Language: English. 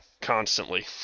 constantly